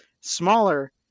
smaller